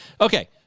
okay